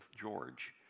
George